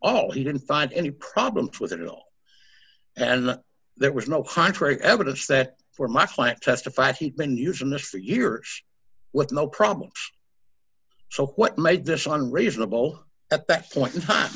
all he didn't find any problems with it at all and there was no contrary evidence that for my client testified he'd been using this for years with no problems so what made this one reasonable at that point in time